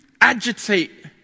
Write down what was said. agitate